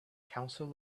council